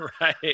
Right